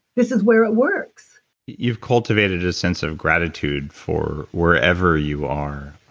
this is where it works you've cultivated a sense of gratitude for wherever you are,